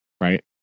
right